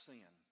Sin